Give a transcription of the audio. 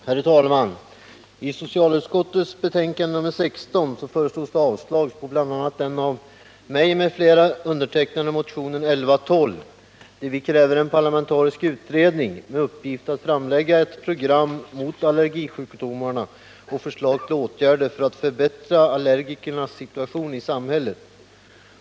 Herr talman! I socialutskottets betänkande nr 16 föreslås avslag på bl.a. den av mig m.fl. undertecknade motionen 1112, där vi kräver en parlamentarisk utredning med uppgift att framlägga ett program mot allergisjukdomarna och förslag till åtgärder för att förbättra allergikernas situation i samhället.